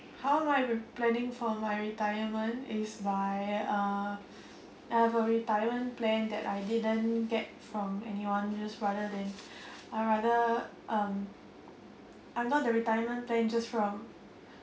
how am I re~ planning for my retirement is by uh I have a retirement plan that I didn't get from anyone just rather than I rather um I'm not the retirement plan just from